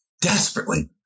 desperately